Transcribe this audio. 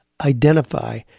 identify